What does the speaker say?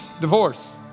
divorce